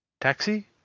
Taxi